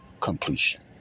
completion